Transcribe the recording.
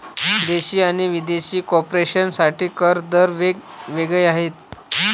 देशी आणि विदेशी कॉर्पोरेशन साठी कर दर वेग वेगळे आहेत